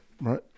Right